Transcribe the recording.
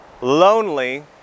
Lonely